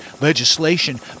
Legislation